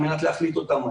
על מנת לקבל החלטות מהר.